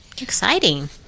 exciting